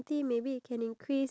I mean